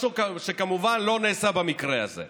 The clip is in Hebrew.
משהו שכמובן לא נעשה במקרה הזה.